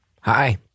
Hi